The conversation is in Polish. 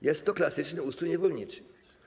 Jest to klasyczny ustrój niewolniczy.